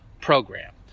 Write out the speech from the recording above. program